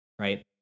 right